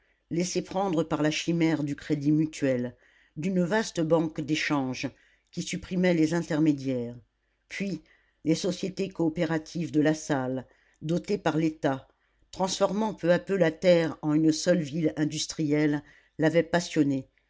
laissé prendre par la chimère du crédit mutuel d'une vaste banque d'échange qui supprimait les intermédiaires puis les sociétés coopératives de lassalle dotées par l'état transformant peu à peu la terre en une seule ville industrielle l'avaient passionné